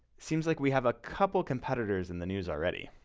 seems like we have a couple competitors in the news already,